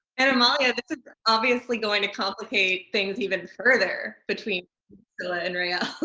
and amalia this is obviously going to complicate things even further between scylla and raelle.